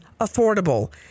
affordable